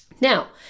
Now